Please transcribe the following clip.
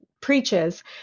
preaches